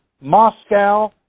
Moscow